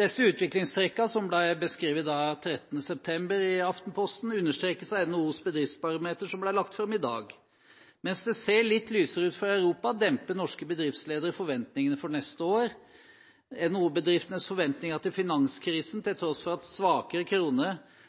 Disse utviklingstrekkene, som ble beskrevet i Aftenposten 13. september, understrekes av NHOs bedriftsbarometer som ble lagt fram i dag. Mens det ser litt lysere ut for Europa, demper norske bedriftsledere forventningene for neste år. NHO-bedriftenes forventninger til hjemmemarkedet er det svakeste siden finanskrisen, til tross for at svakere krone